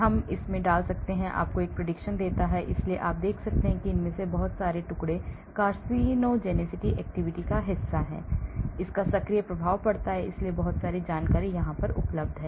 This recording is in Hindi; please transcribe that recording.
हम इसमें डाल सकते हैं आपको एक prediction देता है इसलिए आप देख सकते हैं कि इनमें से बहुत सारे टुकड़े carcinogenic activity का हिस्सा हैं इसका सक्रिय प्रभाव पड़ता है इसलिए बहुत सारी जानकारी उपलब्ध है